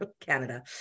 Canada